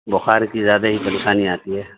بخار کی زیادہ ہی پریشانی آتی ہے